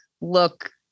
look